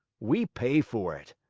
we pay for it.